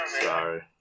Sorry